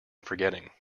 forgetting